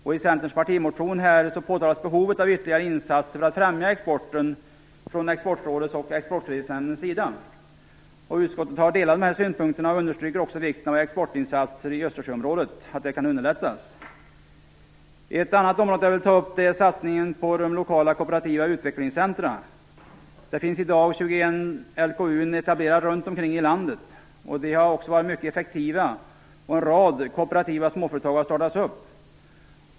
I Centerns partimotion påtalas behovet av ytterligare insatser från Exportrådets och Exportkreditnämndens sida för att främja exporten. Utskottet har delat dessa synpunkter och understryker också vikten av att exportinsatser i Östersjöområdet kan underlättas. Ett annat område jag vill ta upp är satsningen på de lokala kooperativa utvecklingscentrumen. Det finns idag 21 LKU:n etablerade runt om i landet. Dessa har varit mycket effektiva, och en rad kooperativa småföretag har startats.